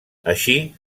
així